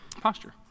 Posture